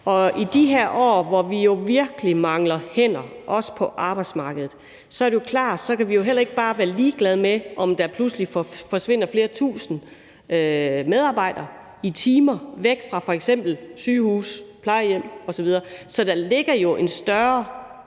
Og i de her år, hvor vi virkelig mangler hænder på arbejdsmarkedet, er det også klart, at vi ikke bare kan være ligeglade med, om der pludselig forsvinder flere tusind medarbejdertimer væk fra f.eks. sygehuse, plejehjem osv. Så der ligger jo en større